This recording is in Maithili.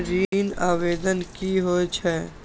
ऋण आवेदन की होय छै?